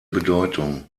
bedeutung